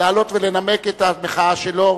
לבוא ולנמק את המחאה שלו,